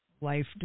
life